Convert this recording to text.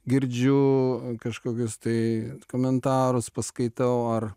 girdžiu kažkokius tai komentarus paskaitau ar